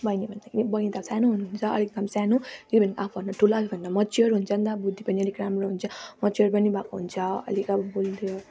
बहिनी भन्दाखेरि बहिनी त सानो हुनुहुन्छ एकदम सानो इभन आफूभन्दा ठुलाले भन्दा मेच्युर हुन्छ नि त बुद्धि पनि अलिक राम्रो हुन्छ मेच्युर पनि भएको हुन्छ अलिक अब बोली त्यो